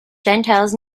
gentiles